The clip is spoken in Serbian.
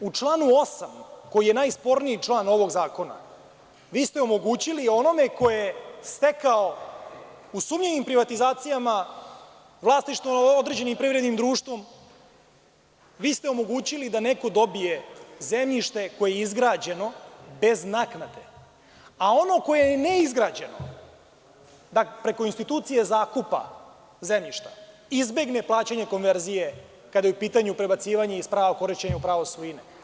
U članu 8, koji je najsporniji član ovog zakona, vi ste omogućili onome ko je stekao u sumnjivim privatizacijama vlasništvo nad određenim privrednim društvom, vi ste omogućili da neko dobije zemljište koje je izgrađeno bez naknade, a ono koje je neizgrađeno da preko institucije zakupa zemljišta izbegne plaćanje konverzije kada je u pitanju prebacivanje iz prava korišćenja u pravo svojine.